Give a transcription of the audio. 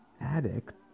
addict